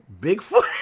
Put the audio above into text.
Bigfoot